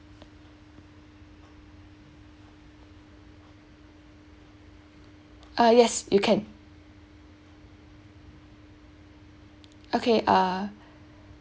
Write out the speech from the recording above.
uh yes you can okay uh